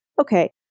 okay